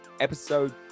Episode